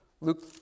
Luke